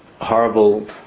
horrible